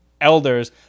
elders